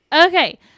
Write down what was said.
Okay